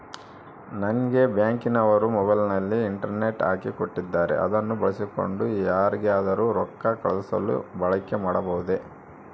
ನಂಗೆ ಬ್ಯಾಂಕಿನವರು ಮೊಬೈಲಿನಲ್ಲಿ ಇಂಟರ್ನೆಟ್ ಹಾಕಿ ಕೊಟ್ಟಿದ್ದಾರೆ ಅದನ್ನು ಬಳಸಿಕೊಂಡು ಯಾರಿಗಾದರೂ ರೊಕ್ಕ ಕಳುಹಿಸಲು ಬಳಕೆ ಮಾಡಬಹುದೇ?